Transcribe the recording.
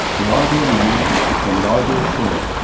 the ideal man sits on the ideal chair.